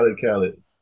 Khaled